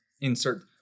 insert